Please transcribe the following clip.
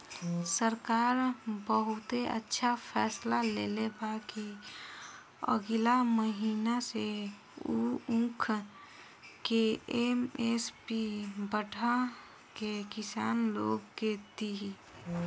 सरकार बहुते अच्छा फैसला लेले बा कि अगिला महीना से उ ऊख के एम.एस.पी बढ़ा के किसान लोग के दिही